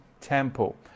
temple